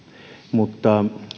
mutta